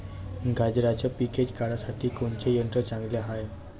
गांजराचं पिके काढासाठी कोनचे यंत्र चांगले हाय?